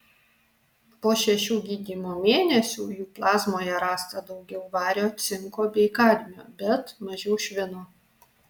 po šešių gydymo mėnesių jų plazmoje rasta daugiau vario cinko bei kadmio bet mažiau švino